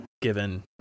given